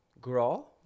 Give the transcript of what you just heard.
grow »,«